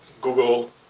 Google